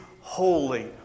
holy